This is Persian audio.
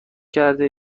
کرده